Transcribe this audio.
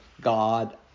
God